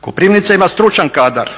Koprivnica ima stručan kadar